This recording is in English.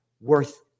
worth